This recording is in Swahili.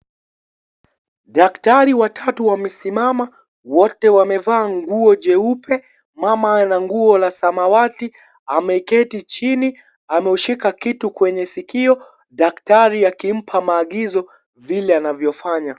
Daktari watatu wamesimama, wote wamevaa nguo jeupe. Mama ana nguo ya samawati ameketi chini, ameushika kitu kwenye sikio, daktari akimpa maagizo vile anavyofanya.